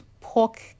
pork